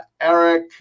Eric